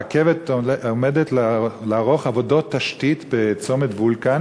הרכבת עומדת לערוך עבודות תשתית בצומת-וולקן